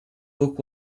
book